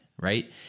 right